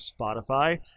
Spotify